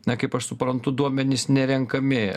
na kaip aš suprantu duomenys nerenkami